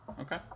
Okay